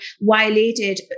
violated